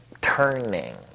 turning